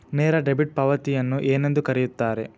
ನೇರ ಡೆಬಿಟ್ ಪಾವತಿಯನ್ನು ಏನೆಂದು ಕರೆಯುತ್ತಾರೆ?